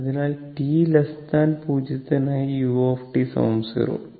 അതിനാൽ t 0 നായി u 0